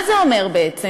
מה זה אומר בעצם?